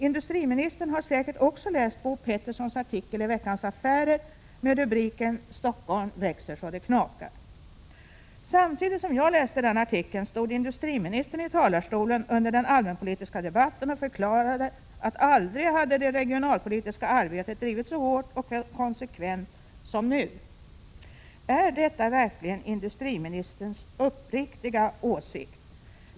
Industriministern har säkert också läst Bo Petterssons artikel i Veckans hänsyn inom alla ”politikområden” Affärer med rubriken ”Stockholm växer så det knakar”. Samtidigt som jag läste den artikeln stod industriministern i talarstolen under den allmänpolitiska debatten och förklarade att aldrig hade det regionalpolitiska arbetet drivits så hårt och konsekvent som nu. Är detta verkligen industriministerns uppriktiga åsikt?